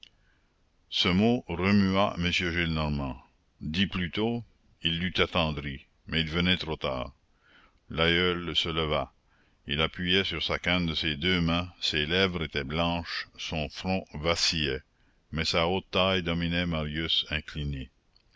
ce mot remua m gillenormand dit plus tôt il l'eût attendri mais il venait trop tard l'aïeul se leva il s'appuyait sur sa canne de ses deux mains ses lèvres étaient blanches son front vacillait mais sa haute taille dominait marius incliné